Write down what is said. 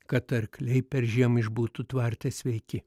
kad arkliai peržiem išbūtų tvarte sveiki